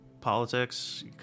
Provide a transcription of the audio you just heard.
politics